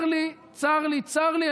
צר לי, צר לי, צר לי.